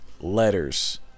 letters